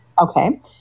Okay